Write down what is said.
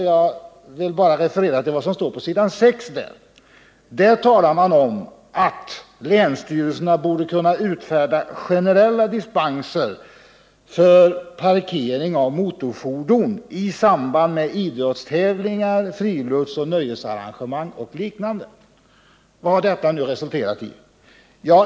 Jag vill bara referera till vad som står på s. 6 i dessa anvisningar. Där sägs att länsstyrelserna borde kunna utfärda generella dispenser för parkering av motorfordon i samband med idrottstävlingar, friidrottsoch nöjesarrangemang och liknande. Vad har detta resulterat i?